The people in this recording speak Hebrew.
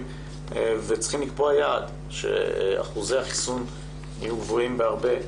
וצריכים לקבוע יעד שאחוזי החיסון יהיו גבוהים בהרבה.